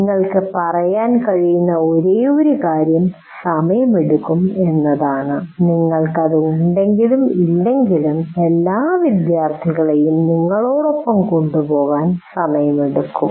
നിങ്ങൾക്ക് പറയാൻ കഴിയുന്ന ഒരേയൊരു കാര്യം സമയമെടുക്കും എന്നതാണ് നിങ്ങൾക്കത് ഉണ്ടെങ്കിലും ഇല്ലെങ്കിൽ എല്ലാ വിദ്യാർത്ഥികളെയും നിങ്ങളോടൊപ്പം കൊണ്ടുപോകാൻ സമയമെടുക്കും